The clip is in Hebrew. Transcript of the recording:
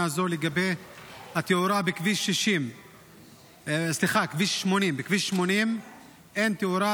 זאת לגבי התאורה בכביש 80. בכביש 80 אין תאורה,